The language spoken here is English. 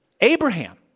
Abraham